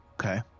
Okay